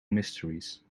mysteries